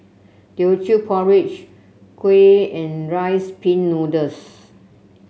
Teochew Porridge kuih and Rice Pin Noodles